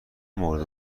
مرده